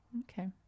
Okay